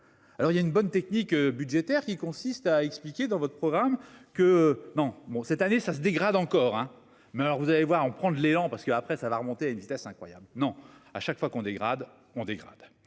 Alors il y a une bonne technique budgétaire qui consiste à expliquer dans votre programme que non bon cette année ça se dégrade encore hein. Mais alors vous allez voir, on prend de l'élan parce qu'après ça va remonter à une vitesse incroyable, non. À chaque fois qu'on dégrade, on dégrade.